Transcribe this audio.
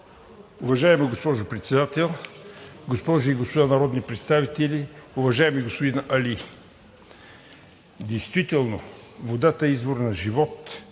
Уважаема госпожо Председател, госпожи и господа народни представители! Уважаеми господин Али! Действително водата е извор на живот